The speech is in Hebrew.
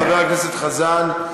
חבר הכנסת חזן.